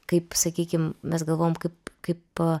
kaip sakykim mes galvojam kaip kaip